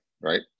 right